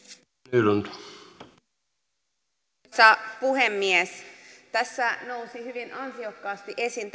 arvoisa puhemies tässä nousi hyvin ansiokkaasti esiin